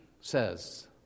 says